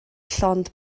llond